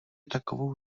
takovou